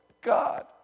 God